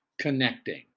connecting